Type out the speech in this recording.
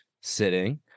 sitting